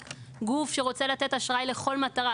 רק גוף שרוצה לתת אשראי לכל מטרה,